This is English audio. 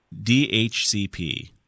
DHCP